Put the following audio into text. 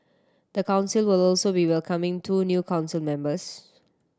the council will also be welcoming two new council members